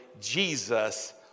Jesus